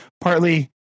partly